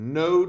no